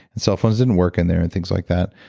and cell phones didn't work in there and things like that,